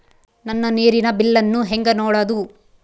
ನನ್ನ ನೇರಿನ ಬಿಲ್ಲನ್ನು ಹೆಂಗ ನೋಡದು?